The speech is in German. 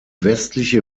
westliche